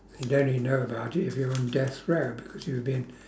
you'd only know about it if you're on death row because you'll be an